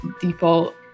default